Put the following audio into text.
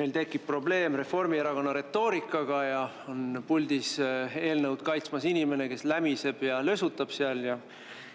meil tekib probleem Reformierakonna retoorikaga ja on puldis eelnõu kaitsmas inimene, kes lämiseb ja lösutab seal.